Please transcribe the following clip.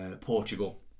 Portugal